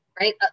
right